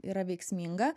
yra veiksminga